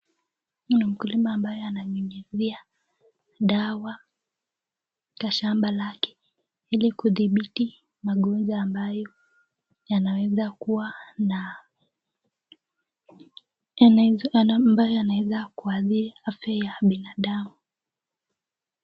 Kuna mkulima ambaye ananyunyizia dawa kwa shamba lake ili kudhibiti magonjwa ambayo yanaweza kuwa ambayo yanaweza kuadhiri afya ya binadamu.